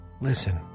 listen